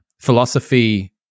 philosophy